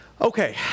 Okay